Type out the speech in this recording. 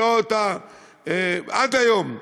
עד היום,